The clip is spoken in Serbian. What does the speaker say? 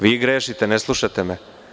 Vi grešite, ne slušate me.